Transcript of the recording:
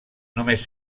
només